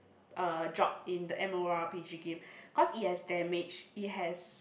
uh job in the m_o_r_g_p game cause it has damage it has